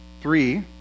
three